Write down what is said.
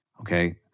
Okay